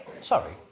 Sorry